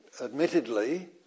admittedly